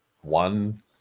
one